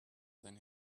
than